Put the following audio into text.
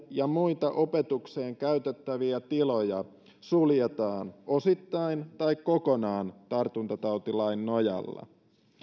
ja muita opetukseen käytettäviä tiloja suljetaan osittain tai kokonaan tartuntatautilain nojalla